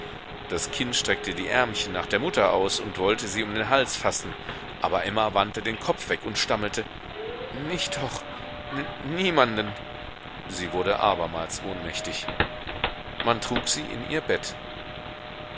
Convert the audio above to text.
das kind streckte die ärmchen nach der mutter aus und wollte sie um den hals fassen aber emma wandte den kopf weg und stammelte nicht doch niemanden sie wurde abermals ohnmächtig man trug sie in ihr bett